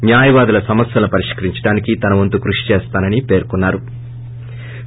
న్యాయవాదుల సమస్యలను పరిష్కరించడానికి తన వంతు కృషి చేస్తానని పేర్కొన్నారు